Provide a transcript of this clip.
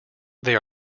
they